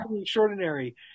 extraordinary